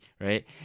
right